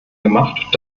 gemacht